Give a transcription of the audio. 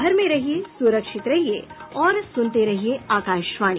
घर में रहिये सुरक्षित रहिये और सुनते रहिये आकाशवाणी